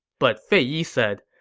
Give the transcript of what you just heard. but fei yi said,